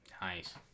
nice